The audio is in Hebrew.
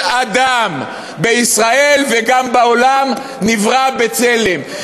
כל אדם בישראל וגם בעולם נברא בצלם.